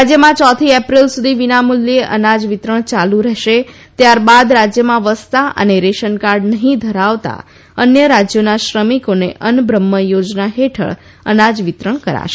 રાજ્યમાં ચોથી એપ્રિલ સુધી વિનામૂલ્યે અનાજ વિતરણ યાલુ રહેશે ત્યારબાદ રાજ્યમાં વસતા અને રેશનકાર્ડ નહીં ધરાવતા અન્ય રાજ્યોના શ્રમિકોને અન્નબ્રહ્મ યોજના હેઠળ અનાજ વિતરણ કરાશે